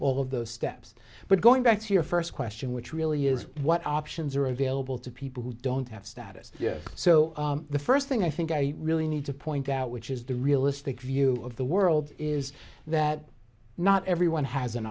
all of those steps but going back to your first question which really is what options are available to people who don't have status yet so the first thing i think i really need to point out which is the realistic view of the world is that not everyone has an